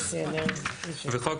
אזרחיים,